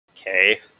Okay